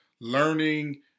learning